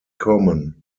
common